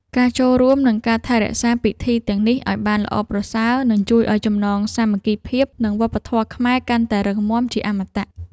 ការចូលរួម និងការថែរក្សាពិធីទាំងនេះឱ្យបានល្អប្រសើរ នឹងជួយឱ្យចំណងសាមគ្គីភាពនិងវប្បធម៌ខ្មែរកាន់តែរឹងមាំជាអមតៈ។